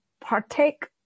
partake